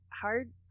Hard